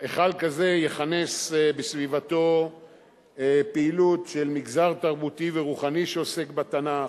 היכל כזה יכנס בסביבתו פעילות של מגזר תרבותי ורוחני שעוסק בתנ"ך,